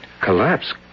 Collapse